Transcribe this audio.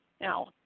Now